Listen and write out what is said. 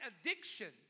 addiction